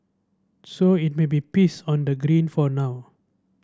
so it may be peace on the green for now